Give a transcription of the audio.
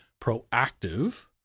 proactive